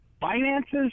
finances